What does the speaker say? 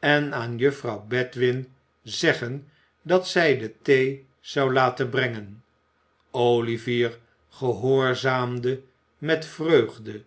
en aan juffrouw bedwin zeggen dat zij de thee zou laten brengen olivier gehoorzaamde met vreugde